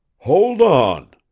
hold on!